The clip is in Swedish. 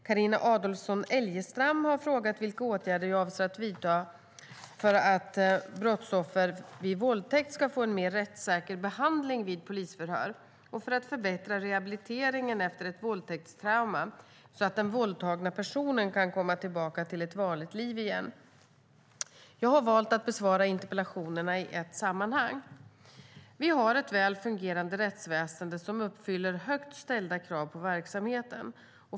Carina Adolfsson Elgestam har frågat vilka åtgärder jag avser att vidta för att brottsoffer vid våldtäkt ska få en mer rättssäker behandling vid polisförhör och för att förbättra rehabiliteringen efter ett våldtäktstrauma så att den våldtagna personen kan komma tillbaka till ett vanligt liv igen. Jag har valt att besvara interpellationerna i ett sammanhang. Vi har ett väl fungerande rättsväsen som uppfyller högt ställda krav på verksamheten.